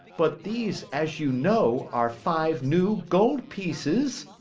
but these, as you know, are five new gold pieces.